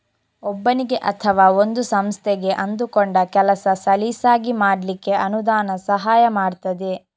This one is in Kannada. ಒಬ್ಬನಿಗೆ ಅಥವಾ ಒಂದು ಸಂಸ್ಥೆಗೆ ಅಂದುಕೊಂಡ ಕೆಲಸ ಸಲೀಸಾಗಿ ಮಾಡ್ಲಿಕ್ಕೆ ಅನುದಾನ ಸಹಾಯ ಮಾಡ್ತದೆ